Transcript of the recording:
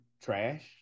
trash